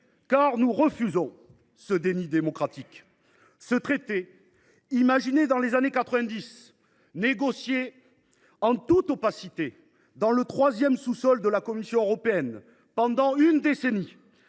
car nous refusons ce déni démocratique. Ce traité, imaginé dans les années 1990, négocié en toute opacité dans le troisième sous sol de la Commission européenne pendant une décennie,